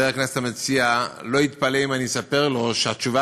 שחבר הכנסת המציע לא יתפלא אם אני אספר לו שהתשובה